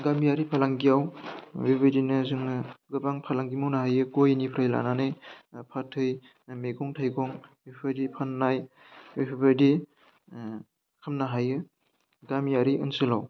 गामियारि फालांगियाव बेबायदिनो जोङो गोबां फालांगि मावनो हायो गयनिफ्राय लानानै फाथै मैगं थाइगं बेफोरबायदि फाननाय बेफोरबायदि खामनो हायो गामियारि ओनसोलाव